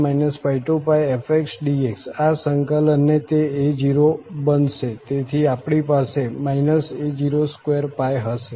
તેથી અહીં 1 πfxdx આ સંકલન તે a0 બનશે તેથી આપણી પાસે a02 હશે